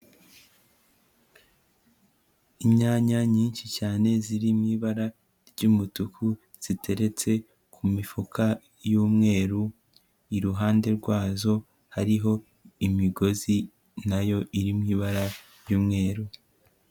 Inyanya nyinshi cyane ziri mu ibara ry'umutuku ziteretse ku mifuka y'umweru, iruhande rwazo hariho imigozi nayo iri mu ibara ry'umweru.